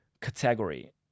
category